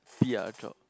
B ah drop